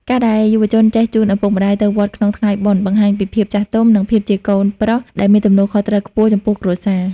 ការដែលយុវជនចេះ "ជូនឪពុកម្ដាយ" ទៅវត្តក្នុងថ្ងៃបុណ្យ បង្ហាញពីភាពចាស់ទុំ និងភាពជាកូនប្រុសដែលមានទំនួលខុសត្រូវខ្ពស់ចំពោះគ្រួសារ។